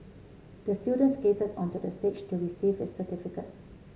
the student skated onto the stage to receive his certificate